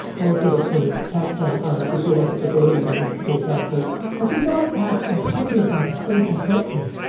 most of us, when tax time comes, we feel like it's a burden when we have to pay taxes but these aren't acts intended by the state to hurt you.